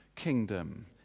Kingdom